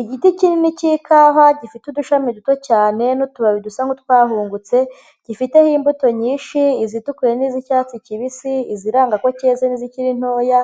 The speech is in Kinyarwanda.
Igiti kinini cy'ikahwa gifite udushami duto cyane n'utubabi dusa nk'utwahungutse. Gifiteho imbuto nyinshi izitukuye n'iz'icyatsi kibisi, iziranga ko cyeze n'izikiri ntoya,